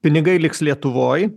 pinigai liks lietuvoj